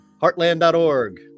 heartland.org